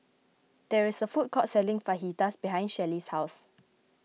there is a food court selling Fajitas behind Shelly's house